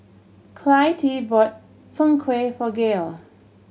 Clytie bought Png Kueh for Gail